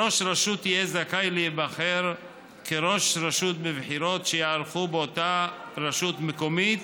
ראש רשות יהיה זכאי להיבחר כראש רשות בבחירות שייערכו באותה רשות מקומית